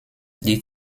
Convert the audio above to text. die